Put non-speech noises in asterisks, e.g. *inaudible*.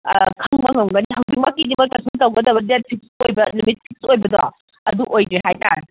ꯈꯪꯕ ꯉꯝꯒꯅꯤ ꯍꯧꯖꯤꯛꯃꯛꯀꯤꯗꯤ ꯃꯣꯏ ꯀꯟꯁꯔ꯭ꯟ ꯇꯧꯒꯗꯕ ꯗꯦꯠ ꯐꯤꯛꯁ ꯑꯣꯏꯕ ꯅꯨꯃꯤꯠ *unintelligible* ꯑꯗꯨ ꯑꯣꯏꯗꯦ ꯍꯥꯏꯇꯥꯔꯦ